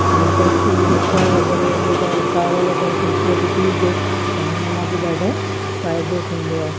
ऐं तुलसी बि बुखार वग़ैरह हुजे त काड़ो वग़ैरह तुलसीअ जो पी जे त हुनमां बि ॾाढो फ़ाइदो थींदो आहे